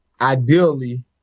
ideally